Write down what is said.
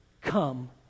come